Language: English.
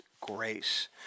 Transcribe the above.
grace